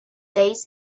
days